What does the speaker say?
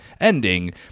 ending